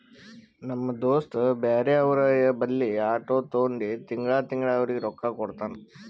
ನಮ್ ದೋಸ್ತ ಬ್ಯಾರೆ ಅವ್ರ ಬಲ್ಲಿ ಆಟೋ ತೊಂಡಿ ತಿಂಗಳಾ ತಿಂಗಳಾ ಅವ್ರಿಗ್ ರೊಕ್ಕಾ ಕೊಡ್ತಾನ್